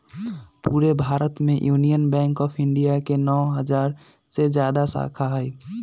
पूरे भारत में Union Bank of India के नौ हजार से जादा शाखा हई